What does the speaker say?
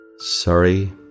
Sorry